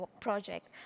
project